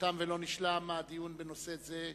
תם ולא נשלם הדיון בנושא זה,